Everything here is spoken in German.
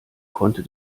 konnte